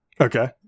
Okay